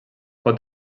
pot